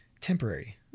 temporary